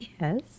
Yes